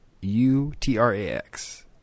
U-T-R-A-X